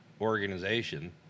organization